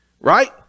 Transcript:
right